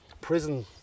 prison